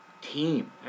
team